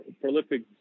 prolific